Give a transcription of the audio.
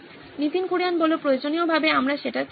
নীতিন কুরিয়ান প্রয়োজনীয় ভাবে আমরা সেটা চাইনা